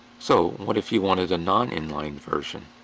so, what if you wanted a non-inlined version.